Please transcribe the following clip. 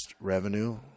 revenue